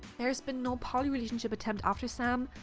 there has been no poly relationship attempt after sam,